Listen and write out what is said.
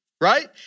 right